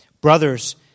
Brothers